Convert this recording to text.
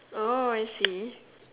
oh I see